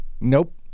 Nope